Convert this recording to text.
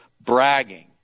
bragging